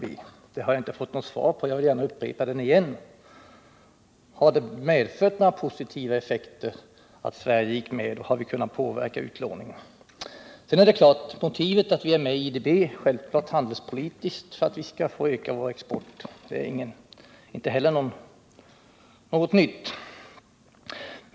Jag har alltså inte fått något svar och vill därför upprepa frågan: Har Sveriges inträde medfört några positiva effekter och har Sverige kunnat påverka utlåningen? Självfallet är motivet till att vi är med i IDB handelspolitiskt. Meningen är att vi skall kunna öka vår export. Men inte heller det är någonting nytt.